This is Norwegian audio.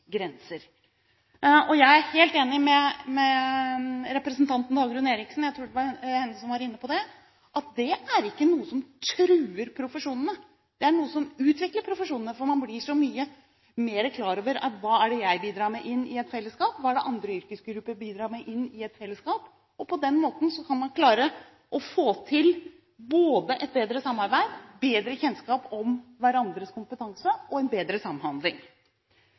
Jeg er helt enig med representanten Dagrun Eriksen i – jeg tror det var hun som var inne på det – at det ikke er noe som truer profesjonene, det er noe som utvikler profesjonene. For man blir så mye mer klar over hva man selv bidrar med inn i et fellesskap, og hva andre yrkesgrupper bidrar med inn i et fellesskap. På den måten kan man klare å få til både bedre samarbeid, bedre kjennskap til hverandres kompetanse og bedre samhandling.